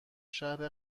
شهر